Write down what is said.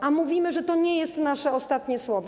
A mówimy, że to nie jest nasze ostatnie słowo.